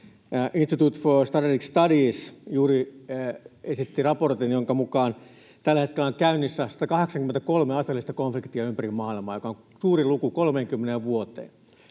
Institute for Strategic Studies juuri esitti raportin, jonka mukaan tällä hetkellä on käynnissä 183 aseellista konfliktia ympäri maailmaa, joka on suurin luku 30 vuoteen.